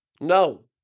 No